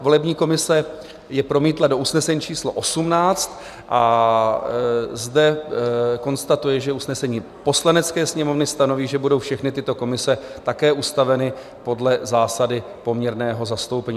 Volební komise je promítla do usnesení číslo 18 a zde konstatuje, že usnesení Poslanecké sněmovny stanoví, že budou všechny tyto komise také ustaveny podle zásady poměrného zastoupení.